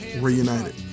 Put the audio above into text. Reunited